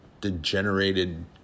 degenerated